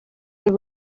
this